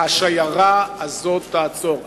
השיירה הזאת תעצור.